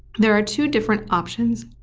there are two different options